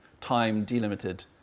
time-delimited